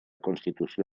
constitució